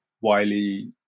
Wiley